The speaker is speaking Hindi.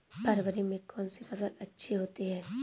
फरवरी में कौन सी फ़सल अच्छी होती है?